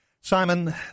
Simon